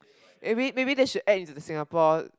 maybe maybe that should add into the Singapore